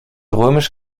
römisch